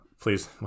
please